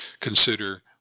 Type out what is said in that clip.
consider